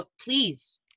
Please